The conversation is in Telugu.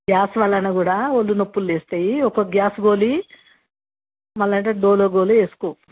గ్యాస్ వలన కూడా ఒళ్ళు నొప్పులు లేస్తాయి ఒక గ్యాస్ గోళీ మళ్ళీ అంటే డోలో గోళీ వేసుకో